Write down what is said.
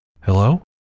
Hello